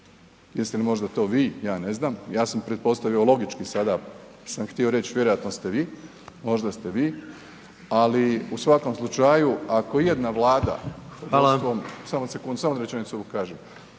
jeste li to možda vi, ja ne znam, ja sam pretpostavio logički sada sam htio reći, vjerojatno ste vi, možda ste vi, ali u svakom slučaju, ako ijedna vlada, .../Upadica: